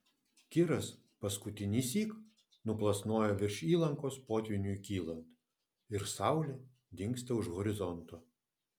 kiras paskutinįsyk nuplasnoja virš įlankos potvyniui kylant ir saulė dingsta už horizonto